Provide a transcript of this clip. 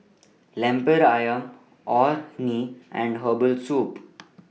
Lemper Ayam Orh Nee and Herbal Soup